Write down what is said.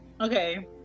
Okay